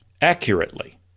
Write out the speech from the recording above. accurately